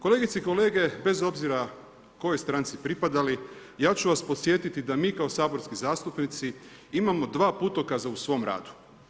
Kolegice i kolege, bez obzira kojoj stranci pripadali, ja ću vas podsjetiti, da mi kao saborski zastupnici imamo 2 putokaza u svom radu.